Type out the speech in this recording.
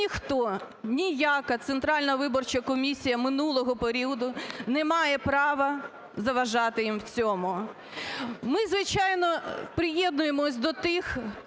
ніхто, ніяка Центральна виборча комісія минулого періоду не має права заважати їм у цьому. Ми, звичайно, приєднуємось до тих